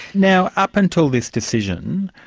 now up until this decision,